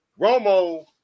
Romo